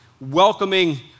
welcoming